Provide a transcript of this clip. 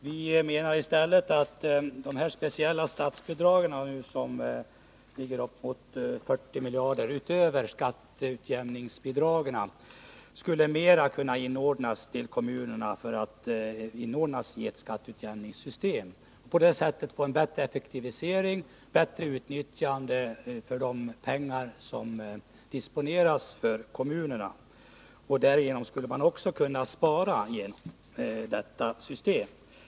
Vi menar att de speciella statsbidragen, som nu uppgår till bortåt 40 miljarder, utöver skatteutjämningsbidragen skulle kunna inordnas i ett skatteutjämningssystem. På det sättet skulle man få en bättre effektivitet och ett bättre utnyttjande av de pengar som disponeras för kommunerna. Därigenom skulle man också kunna spara en del.